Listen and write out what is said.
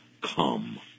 Come